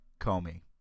Comey